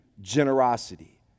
generosity